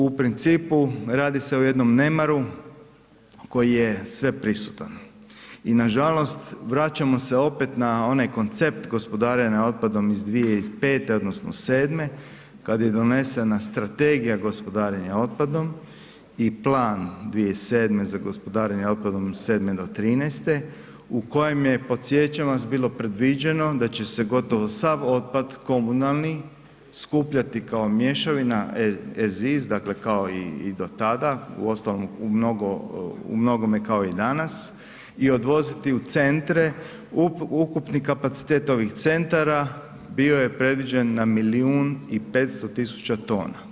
U principu radi se o jednom nemaru koji je sveprisutan i nažalost vraćamo se opet na onaj koncept gospodarenja otpadom iz 2005. odnosno 2007. kad je donesena Strategija gospodarenja otpadom i plan 2007. za gospodarenje otpadom od 2007. do 2013. u kojem je podsjećam vas, bilo predviđeno da će se gotovo sav komunalni skupljati kao mješavina ... dakle kao i do tada, u ostalom umnogome kao i danas i odvoziti u centre, ukupni kapacitet ovih centara bio je predviđen na milijun i 500 000 tona.